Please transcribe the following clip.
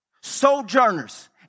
Sojourners